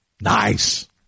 Nice